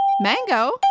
mango